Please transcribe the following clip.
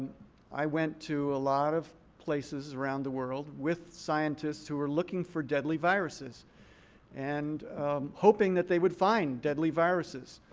i went to a lot of places around the world with scientists who were looking for deadly viruses and hoping that they would find deadly viruses,